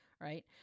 right